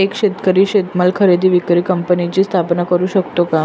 एक शेतकरी शेतीमाल खरेदी विक्री कंपनीची स्थापना करु शकतो का?